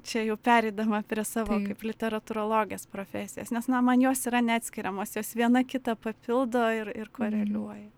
čia jau pereidama prie savo kaip literatūrologės profesijos nes na man jos yra neatskiriamos jos viena kitą papildo ir ir koreliuoja